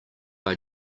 are